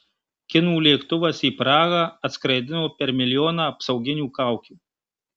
kinų lėktuvas į prahą atskraidino per milijoną apsauginių kaukių